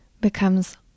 becomes